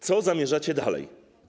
Co zamierzacie dalej?